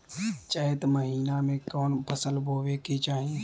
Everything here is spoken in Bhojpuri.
चैत महीना में कवन फशल बोए के चाही?